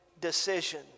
decision